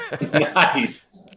Nice